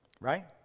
right